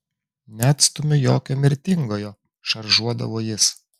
neatstumiu jokio mirtingojo šaržuodavo jis